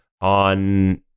on